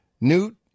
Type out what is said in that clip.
Newt